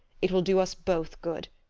it will do us both good.